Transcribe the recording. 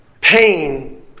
pain